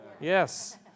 Yes